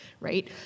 right